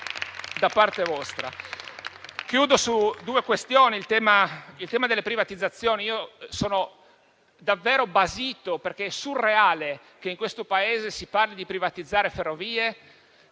prima delle quali è il tema delle privatizzazioni: sono davvero basito, perché è surreale che in questo Paese si parli di privatizzare Ferrovie